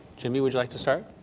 jimmy, would you like to start?